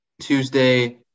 Tuesday